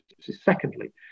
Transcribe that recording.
Secondly